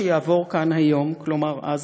שיעבור כאן היום" כלומר אז,